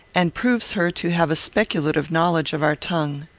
and proves her to have a speculative knowledge of our tongue.